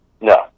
No